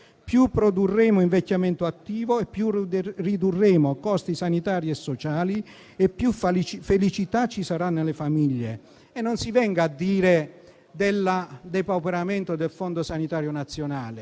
più produrremo invecchiamento attivo, più ridurremo costi sanitari e sociali e più felicità ci sarà nelle famiglie. E non si venga a dire del depauperamento del Fondo sanitario nazionale.